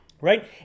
right